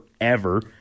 forever